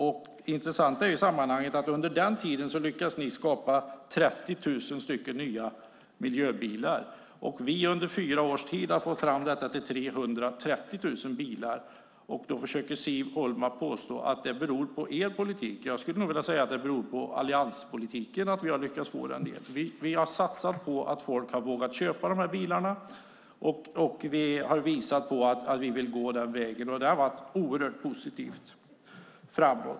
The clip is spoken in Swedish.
Det intressanta i sammanhanget är att under den tiden lyckades ni skapa 30 000 nya miljöbilar. Vi har under fyra års tid fått fram 330 000 miljöbilar. Då försöker du, Siv Holma, påstå att det beror på er politik. Jag skulle nog vilja säga att det beror på allianspolitiken att vi har lyckats med det. Vi har satsat på att folk har vågat köpa de här bilarna, och vi har visat att vi vill gå den vägen. Det har varit oerhört positivt.